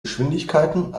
geschwindigkeiten